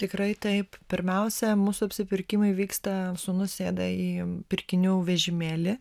tikrai taip pirmiausia mūsų apsipirkimai vyksta sūnus sėda į pirkinių vežimėlį